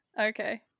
okay